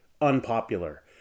unpopular